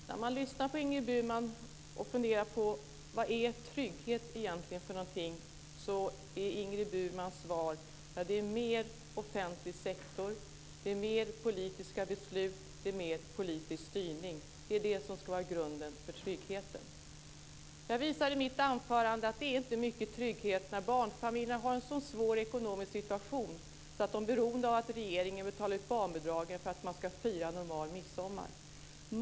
Fru talman! När man lyssnar på Ingrid Burman och funderar över vad trygghet egentligen är för någonting, hör man att Ingrid Burmans svar är: mer offentlig sektor, mer politiska beslut och mer politisk styrning. Det är det som ska vara grunden för tryggheten. Jag visade i mitt anförande att det inte är mycket trygghet när barnfamiljer har en sådan svår ekonomisk situation att de är beroende av att regeringen betalar ut barnbidragen för att de ska få fira en normal midsommar.